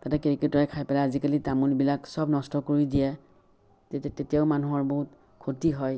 তাতে কেৰ্কেটুৱাই খাই পেলাই আজিকালি তামোলবিলাক চব নষ্ট কৰি দিয়ে তেতিয়াও মানুহৰ বহুত ক্ষতি হয়